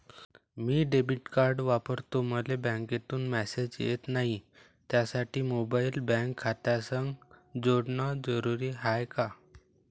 मी debit card वापरतो मले बँकेतून मॅसेज येत नाही, त्यासाठी मोबाईल बँक खात्यासंग जोडनं जरुरी हाय का?